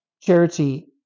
Charity